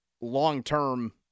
long-term